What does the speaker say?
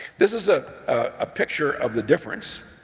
this is a ah picture of the difference.